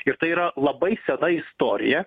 ir tai yra labai sena istorija